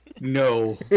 No